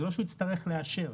לא שהוא יצטרך לאשר.